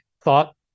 thought